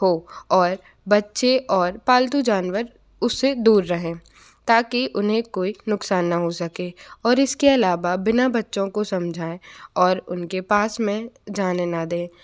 हो और बच्चे और पालतू जानवर उससे दूर रहें ताकि उन्हें कोई नुकसान ना हो सके और इसके अलावा बिना बच्चों को समझाए और उनके पास में जाने ना दें